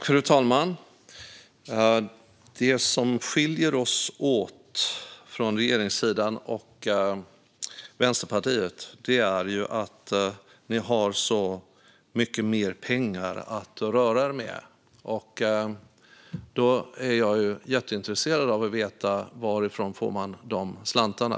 Fru talman! Det som skiljer oss på regeringssidan och Vänsterpartiet åt är att ni har så mycket mer pengar att röra er med. Då är jag jätteintresserad av att veta varifrån ni får dessa slantar.